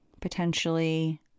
potentially